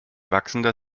wachsender